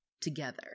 together